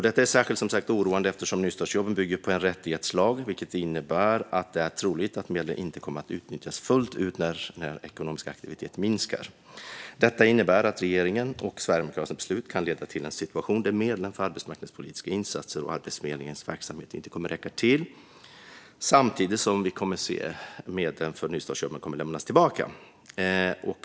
Detta är som sagt särskilt oroande eftersom nystartsjobben bygger på en rättighetslag, vilket innebär att det är troligt att medlen inte kommer att utnyttjas fullt ut när den ekonomiska aktiviteten minskar. Detta innebär att regeringens och Sverigedemokraternas beslut kan leda till en situation där medlen för arbetsmarknadspolitiska insatser och Arbetsförmedlingens verksamhet inte kommer att räcka till, samtidigt som vi kommer att se medel för nystartsjobb lämnas tillbaka.